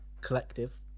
collective